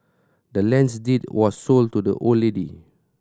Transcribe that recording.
the land's deed was sold to the old lady